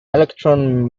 electron